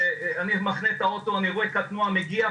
ובזמן שאני מחנה את האוטו אני רואה קטנוע מגיע,